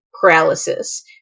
paralysis